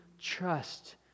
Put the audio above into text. trust